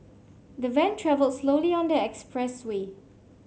the van travelled slowly on the expressway